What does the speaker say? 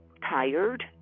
tired